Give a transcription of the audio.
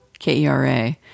KERA